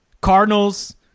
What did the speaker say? Cardinals